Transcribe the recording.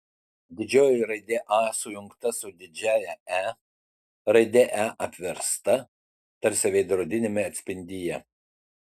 didžioji raidė a sujungta su didžiąja e raidė e apversta tarsi veidrodiniame atspindyje